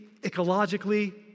ecologically